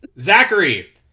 Zachary